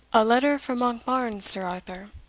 a letter from monkbarns, sir arthur.